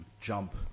jump